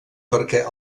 perquè